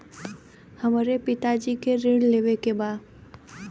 हमरे पिता जी के ऋण लेवे के बा?